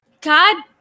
god